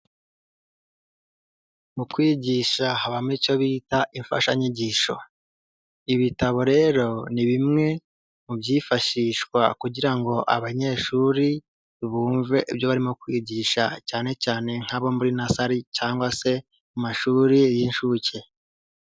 Mu kwigisha habamo icyo bita imfashanyigisho, ibitabo rero ni bimwe mu byifashishwa kugira ngo abanyeshuri bumve ibyo barimo kwigisha cyane cyane nk'abo muri nasari cyangwa se mu mashuri y'inshuke.